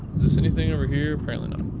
this anything over here, apparently not.